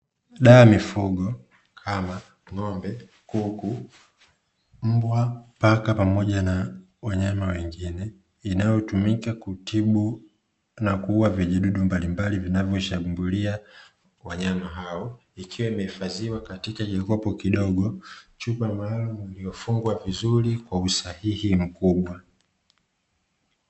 Dawa ya mifugo kama: ng'ombe, kuku, mbwa, paka, pamoja na wanyama wengine, inayotumika kutibu na kuuwa vijidudu mbalimbali vinavyoshambulia wanyama hao, ikiwa imehifadhiwa katika kikopo kidogo, chupa maalumu iliyofungwa vizuri kwa usahihi mkubwa.